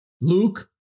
Luke